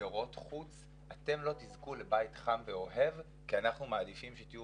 במסגרות חוץ: אתם לא תזכו לבית חם ואוהב כי אנחנו מעדיפים שתהיו